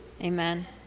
Amen